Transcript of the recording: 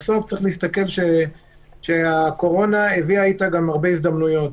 בסוף צריך להסתכל שהקורונה הביאה איתה גם הרבה הזדמנויות.